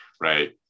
right